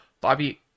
Bobby